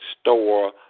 store